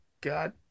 God